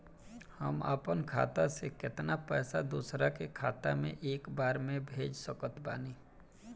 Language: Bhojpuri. हम अपना खाता से केतना पैसा दोसरा के खाता मे एक बार मे भेज सकत बानी?